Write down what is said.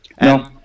No